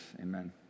Amen